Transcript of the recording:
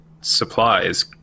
supplies